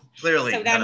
Clearly